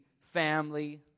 family